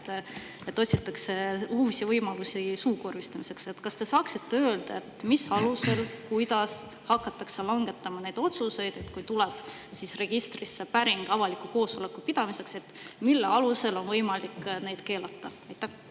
et otsitakse uusi võimalusi suukorvistamiseks. Kas te saaksite öelda, mis alusel ja kuidas hakatakse langetama otsuseid, kui tuleb registrisse päring avaliku koosoleku pidamiseks? Mille alusel on võimalik neid keelata? Aitäh!